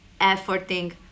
efforting